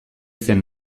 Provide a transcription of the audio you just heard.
zen